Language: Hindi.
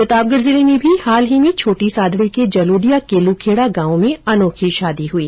प्रतापगढ जिले में भी हाल ही में छोटी सादडी के जलोदिया केलुखेडा गांव में अनोखी शादी हई